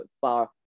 far